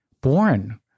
born